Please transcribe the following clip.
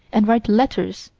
and write letters.